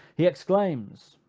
he exclaims,